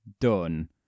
done